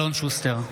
אלון שוסטר,